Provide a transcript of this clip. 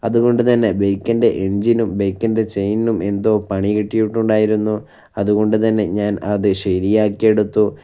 അതുകൊണ്ട് തന്നെ ബൈക്കിൻ്റെ എഞ്ചിനും ബൈക്കിൻ്റെ ചെയിനിനും എന്തോ പണി കിട്ടിയിട്ടുണ്ടായിരുന്നു അതുകൊണ്ട് തന്നെ ഞാൻ അത് ശരിയാക്കിയെടുത്തു